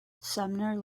sumner